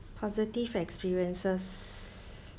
positive experiences